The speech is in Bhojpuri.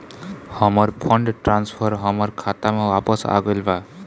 हमर फंड ट्रांसफर हमर खाता में वापस आ गईल बा